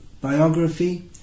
biography